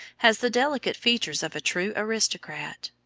has the delicate features of a true aristocrat.